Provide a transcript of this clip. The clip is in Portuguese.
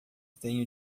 tenho